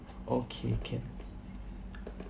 okay can